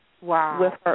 Wow